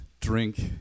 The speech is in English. drink